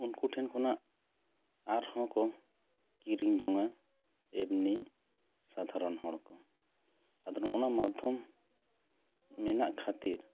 ᱩᱱᱠᱩ ᱴᱷᱮᱱ ᱠᱷᱚᱱᱟᱜ ᱟᱨᱦᱚᱸ ᱠᱚ ᱠᱤᱨᱤᱧ ᱡᱚᱝᱼᱟ ᱮᱢᱱᱤ ᱥᱟᱫᱷᱟᱨᱚᱱ ᱦᱚᱲ ᱠᱚ ᱟᱫᱚ ᱱᱚᱜᱱᱟ ᱢᱟᱫᱽᱫᱷᱚᱢ ᱢᱮᱱᱟᱜ ᱠᱷᱟᱹᱛᱤᱨ